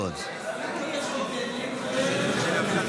אני חייב להזכיר לכם הצעת חוק שעלתה כאן בכנסת